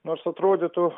nors atrodytų